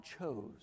chose